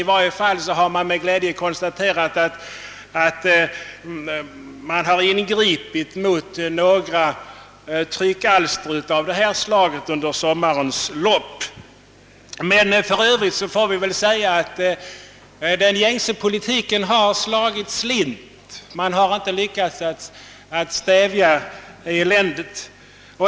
I varje fall har vi med glädje kunnat konstatera att han under sommarens lopp har ingripit mot några tryckalster av detta slag. Men i övrigt kan väl sägas att den gängse politiken har slagit slint. Man har inte lyckats stävja eländet.